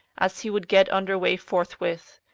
as he would get under way forthwith.